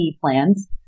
plans